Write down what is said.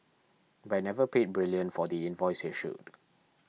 but it never paid Brilliant for the invoice issued